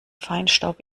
feinstaub